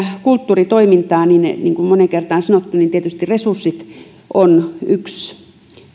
kulttuuritoimintaa kuten moneen kertaan on sanottu niin tietysti resurssit ovat yksi